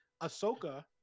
Ahsoka